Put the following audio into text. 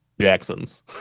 Jacksons